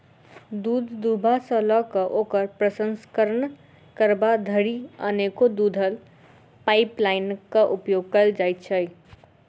दूध दूहबा सॅ ल क ओकर प्रसंस्करण करबा धरि अनेको दूधक पाइपलाइनक उपयोग कयल जाइत छै